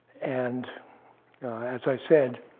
and as i said,